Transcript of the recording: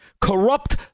corrupt